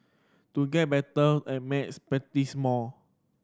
to get better at maths practise more